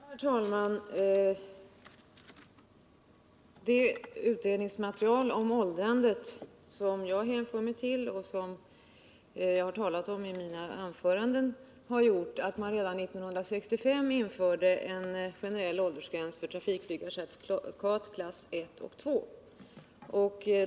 Herr talman! Det utredningsmaterial om åldrandet som mitt svar bygger på och som jag har talat om i mina anföranden har lett fram till att man redan 1965 införde en generell åldersgräns för trafikflygarcertifikat klass I och 2.